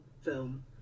film